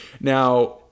Now